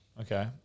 Okay